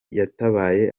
yatabaye